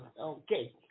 Okay